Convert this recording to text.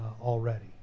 already